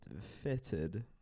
fitted